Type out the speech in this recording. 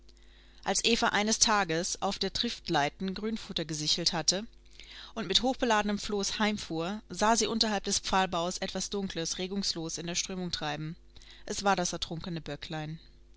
als eva eines tages auf der triftleiten grünfutter gesichelt hatte und mit hochbeladenem floß heimfuhr sah sie unterhalb des pfahlbaus etwas dunkles regungslos in der strömung treiben es war das ertrunkene